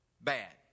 bad